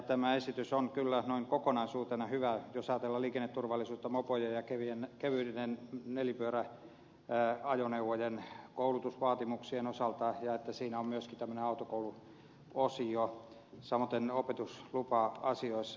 tämä esitys on kyllä kokonaisuutena hyvä jos ajatellaan liikenneturvallisuutta mopoja ja kevyiden nelipyöräajoneuvojen koulutusvaatimuksia ja sitä että siinä on myöskin tämmöinen autokouluosio samaten opetuslupa asioissa